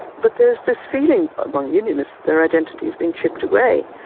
but there's this feeling among unionists that their identity has been chipped away,